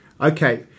Okay